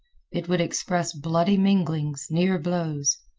it would express bloody minglings, near blows.